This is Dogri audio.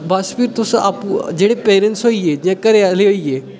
बस फ्ही तुस आपूं जेह्ड़े पेरैंट्स होई गे जि'यां घरै आह्ले होई गे